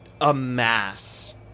amass